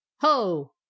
ho